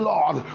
Lord